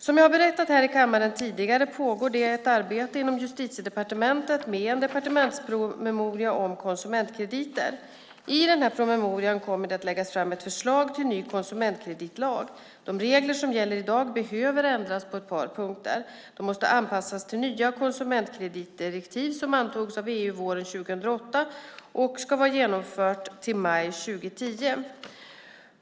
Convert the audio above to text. Som jag har berättat här i kammaren tidigare pågår det ett arbete inom Justitiedepartementet med en departementspromemoria om konsumentkrediter. I den promemorian kommer det att läggas fram ett förslag till en ny konsumentkreditlag. De regler som gäller i dag behöver ändras på ett par punkter. De måste anpassas till det nya konsumentkreditdirektiv som antogs inom EU våren 2008 och som ska vara genomfört till maj 2010.